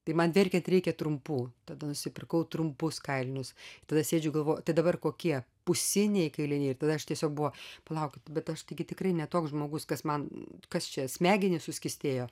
tai man verkiant reikia trumpų tada nusipirkau trumpus kailinius tada sėdžiu galvoju tai dabar kokie pusiniai kailiniai ir tada aš tiesiog buvo palaukit bet aš taigi tikrai ne toks žmogus kas man kas čia smegenys suskystėjo